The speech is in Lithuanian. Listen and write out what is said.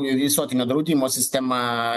visuotinio draudimo sistema